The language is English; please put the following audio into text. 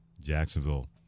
Jacksonville